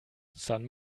san